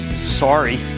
sorry